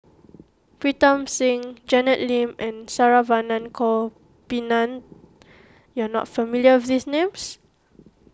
Pritam Singh Janet Lim and Saravanan Gopinathan you are not familiar with these names